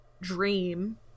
dream